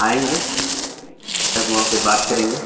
آئیں گے تب وہاں پہ بات کریں گے